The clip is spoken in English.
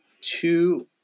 two